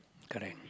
correct